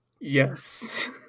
Yes